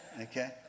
Okay